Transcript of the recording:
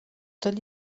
tot